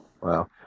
Wow